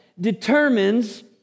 determines